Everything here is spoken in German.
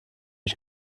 ich